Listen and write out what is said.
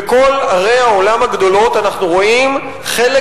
בכל ערי העולם הגדולות אנחנו רואים שחלק